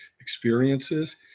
experiences